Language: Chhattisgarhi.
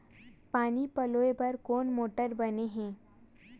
पानी पलोय बर कोन मोटर बने हे?